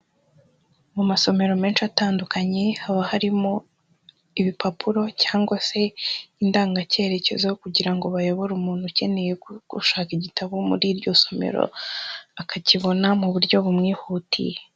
Mu masomero menshi atandukanye haba harimo ibipapuro cyangwa se indangacyerekezo kugira ngo bayobore umuntu ukeneye gushaka igitabo muri iryo somero, akakibona mu buryo bumwihutiye.